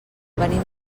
venim